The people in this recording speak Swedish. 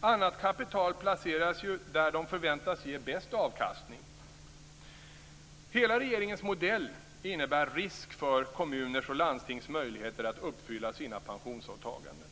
Annat kapital placeras ju där det förväntas ge bäst avkastning. Hela regeringens modell innebär en risk för kommuners och landstings möjligheter att uppfylla sina pensionsåtaganden.